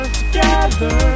together